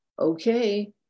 okay